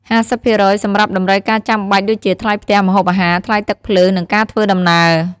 ៥០% សម្រាប់តម្រូវការចាំបាច់ដូចជាថ្លៃផ្ទះ ម្ហូបអាហារ ថ្លៃទឹកភ្លើង និងការធ្វើដំណើរ។